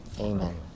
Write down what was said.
amen